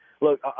look